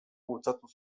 bultzatu